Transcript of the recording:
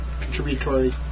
contributory